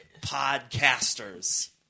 Podcasters